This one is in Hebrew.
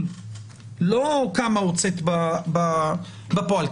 אם כתוצאה מהמהלך הזה,